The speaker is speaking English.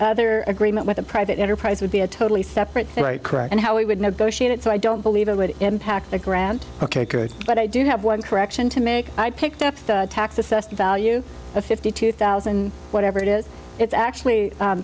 this agreement with a private enterprise would be a totally separate right correct and how we would negotiate it so i don't believe it would impact the ground ok good but i do have one correction to make i picked up the tax assessed value of fifty two thousand whatever it is it's actually